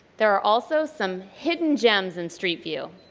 there are also some hidden gems in street view.